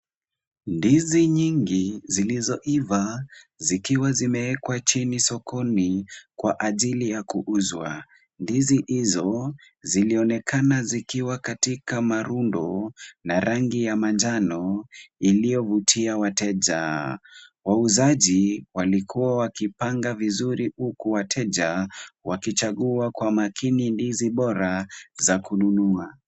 Ndizi nyingi zilizoiva zikiwa zimewekwa chini sokoni kwa ajili ya kuuzwa. Ndizi hizo zilionekana zikiwa katika marundo na rangi ya manjano iliyovutia wateja. Wauzaji walikuwa wakipanga vizuri huku wateja, wakichagua kwa makini ndizi bora za kununua.